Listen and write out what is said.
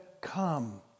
come